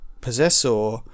Possessor